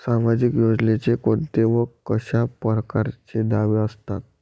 सामाजिक योजनेचे कोंते व कशा परकारचे दावे असतात?